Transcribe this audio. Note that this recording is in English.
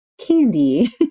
candy